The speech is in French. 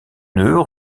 nœuds